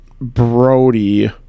Brody